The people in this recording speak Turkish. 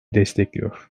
destekliyor